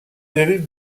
dérive